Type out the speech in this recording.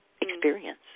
experience